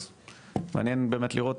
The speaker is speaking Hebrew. אז מעניין באמת לראות,